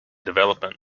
development